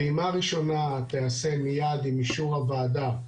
פעימה ראשונה תיעשה מייד עם אישור הוועדה אם